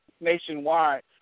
nationwide